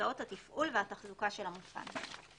בהוצאות התפעול והתחזוקה של המותקן.